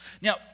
Now